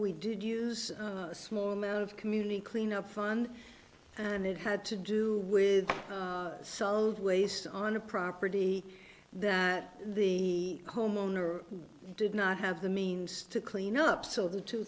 we did use a small amount of community cleanup fund and it had to do with solid waste on a property that the homeowner did not have the means to clean up so the two